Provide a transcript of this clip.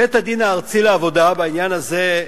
בית-הדין הארצי לעבודה, בעניין הזה,